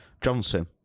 Johnson